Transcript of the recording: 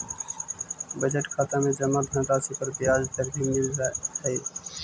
budget खाता में जमा धनराशि पर ब्याज दर भी मिलऽ हइ